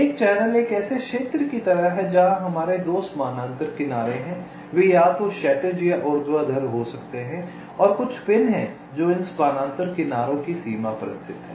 एक चैनल एक ऐसे क्षेत्र की तरह है जहां हमारे 2 समानांतर किनारे हैं वे या तो क्षैतिज या ऊर्ध्वाधर हो सकते हैं और कुछ पिन हैं जो इन समानांतर किनारों की सीमा पर स्थित हैं